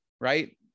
Right